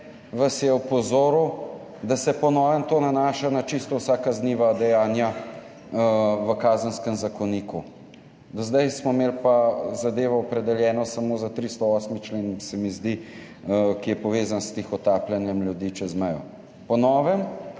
vas je opozoril, da se po novem to nanaša na čisto vsa kazniva dejanja v Kazenskem zakoniku. Do zdaj smo imeli pa zadevo opredeljeno samo za 308. člen, se mi zdi, ki je povezan s tihotapljenjem ljudi čez mejo. Po novem